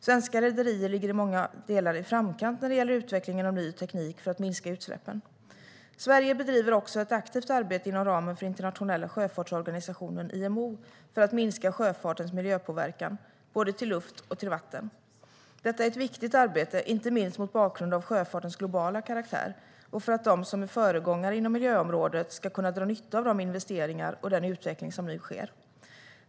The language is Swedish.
Svenska rederier ligger i många delar i framkant när det gäller utvecklingen av ny teknik för att minska utsläppen. Sverige bedriver också ett aktivt arbete inom ramen för Internationella sjöfartsorganisationen, IMO, för att minska sjöfartens miljöpåverkan på både luft och vatten. Detta är ett viktigt arbete, inte minst mot bakgrund av sjöfartens globala karaktär och för att de som är föregångare inom miljöområdet ska kunna dra nytta av de investeringar och den utveckling som nu sker.